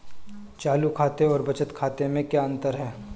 चालू खाते और बचत खाते में क्या अंतर है?